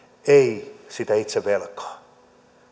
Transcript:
ei sitä itse velkaa